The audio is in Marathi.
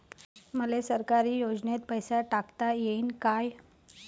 मले सरकारी योजतेन पैसा टाकता येईन काय?